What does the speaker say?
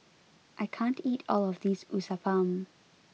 I can't eat all of this Uthapam